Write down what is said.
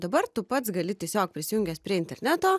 dabar tu pats gali tiesiog prisijungęs prie interneto